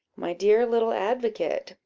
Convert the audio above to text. my dear little advocate,